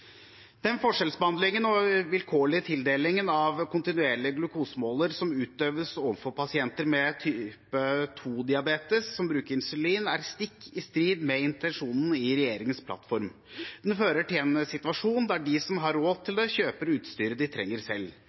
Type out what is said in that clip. Den forskjellsbehandlingen og vilkårlige tildelingen av kontinuerlig glukosemåler som utøves overfor pasienter med type 2-diabetes som bruker insulin, er stikk i strid med intensjonen i regjeringens plattform. Det fører til en situasjon der de som har råd til det, selv kjøper utstyret de trenger.